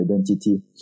identity